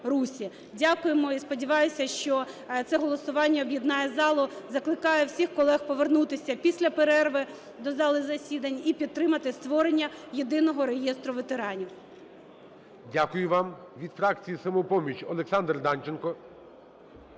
Дякуємо. І сподіваюся, що це голосування об'єднає залу. закликаю всіх колег повернутися після перерви до зали засідань і підтримати створення єдиного реєстру ветеранів.